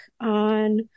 on